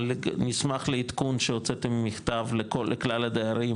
נשמח לעדכון שהוצאתם מכתב לכלל הדיירים